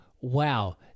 wow